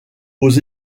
aux